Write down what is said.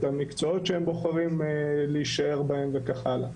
את המקצועות שהם בוחרים להישאר בהם וכך הלאה.